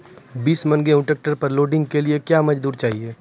बीस मन गेहूँ ट्रैक्टर पर लोडिंग के लिए क्या मजदूर चाहिए?